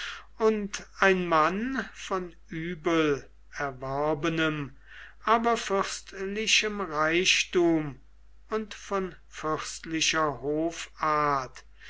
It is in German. und ein mann von übel erworbenem aber fürstlichem reichtum und von fürstlicher hoffart